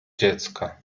dziecka